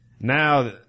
Now